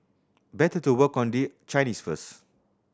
better to work on their Chinese first